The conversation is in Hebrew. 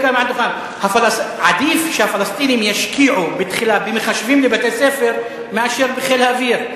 עדיף שהפלסטינים ישקיעו בתחילה במחשבים בבתי-ספר מאשר בחיל האוויר.